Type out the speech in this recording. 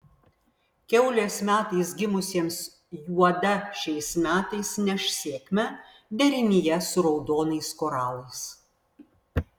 kiaulės metais gimusiems juoda šiais metais neš sėkmę derinyje su raudonais koralais